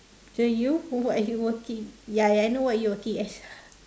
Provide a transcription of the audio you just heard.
so you what are you working ya ya I know what you working as